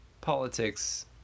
Politics